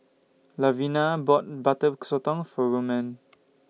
Levina bought Butter Sotong For Romaine